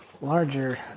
larger